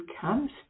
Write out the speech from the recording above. comes